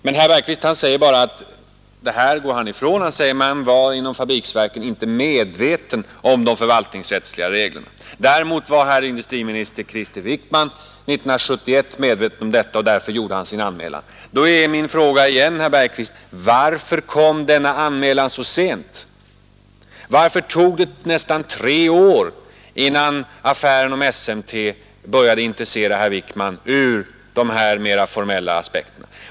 Men det här bortser herr Bergqvist ifrån. Han säger bara att man inom fabriksverken inte var medveten om de förvaltningsrättsliga reglerna. Däremot var enligt herr Bergqvist dåvarande industriminister Krister Wickman 1971 medveten om dessa, och därför gjorde han sin anmälan. Då är min fråga igen, herr Bergqvist: Varför kom denna anmälan så sent? Varför tog det nästan tre år innan affären med SMT började intressera herr Wickman ur de här mera formella aspekterna?